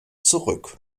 zurück